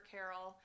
Carol